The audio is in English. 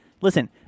Listen